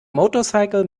motorcycle